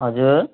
हजुर